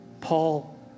Paul